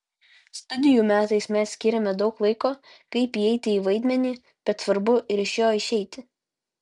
studijų metais mes skyrėme daug laiko kaip įeiti į vaidmenį bet svarbu ir iš jo išeiti